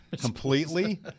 completely